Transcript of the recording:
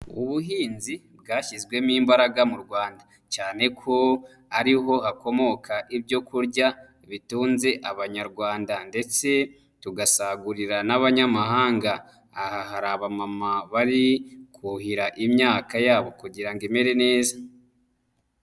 Ubuhinzi bwashyizwemo imbaraga mu Rwanda cyane ko ari ho hakomoka ibyokurya bitunze abanyarwanda ndetse tugasagurira n'abanyamahanga. Aha hari abamama bari kuhira imyaka yabo kugira ngo imere neza.